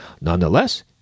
Nonetheless